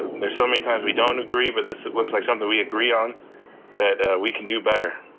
there's so many times we don't agree, but this, it looks like something we agree on that we can do better.